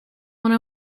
one